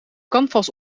canvas